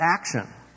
action